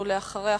ואחריה,